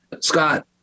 Scott